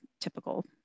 typical